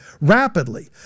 rapidly